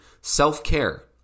Self-care